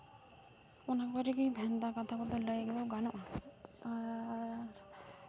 ᱚᱱᱟ ᱠᱚᱨᱮ ᱜᱮ ᱵᱷᱮᱱᱛᱟ ᱠᱟᱛᱷᱟ ᱞᱟᱹᱭ ᱠᱚᱫᱚ ᱜᱟᱱᱚᱜᱼᱟ ᱟᱨ